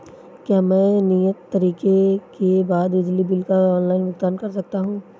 क्या मैं नियत तारीख के बाद बिजली बिल का ऑनलाइन भुगतान कर सकता हूं?